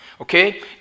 Okay